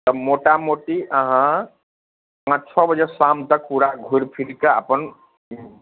तऽ मोटा मोटी अहाँ पाँच छओ बजे शाम तक पूरा घुरि फिरि के अपन